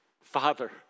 Father